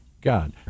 god